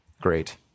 great